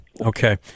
Okay